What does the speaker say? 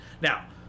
now